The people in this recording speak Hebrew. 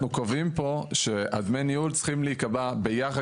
אנחנו קובעים פה שדמי הניהול צריכים להיקבע ביחד